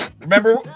Remember